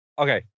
Okay